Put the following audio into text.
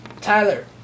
Tyler